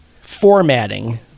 Formatting